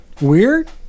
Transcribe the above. Weird